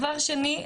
דבר שני,